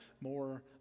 more